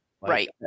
Right